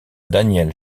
daniel